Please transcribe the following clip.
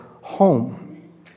home